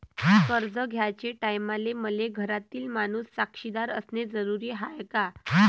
कर्ज घ्याचे टायमाले मले घरातील माणूस साक्षीदार असणे जरुरी हाय का?